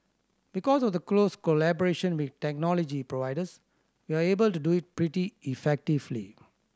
because of the close collaboration with technology providers we are able to do it pretty effectively